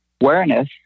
awareness